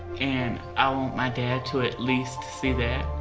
and i want my dad to at least see that.